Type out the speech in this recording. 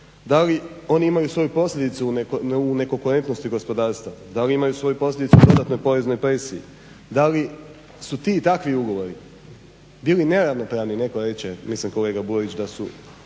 da li oni imaju svoju posljedicu u ne konkurentnosti gospodarstva, da li imaju svoju posljedicu u dodatnoj poreznoj presiji, da li su ti takvi ugovori bili neravnopravni? Neko reče, mislim kolega Burić, da se